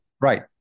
Right